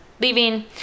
leaving